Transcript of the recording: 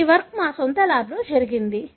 ఈ వర్క్ మా సొంత ల్యాబ్లో జరిగింది